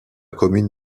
commune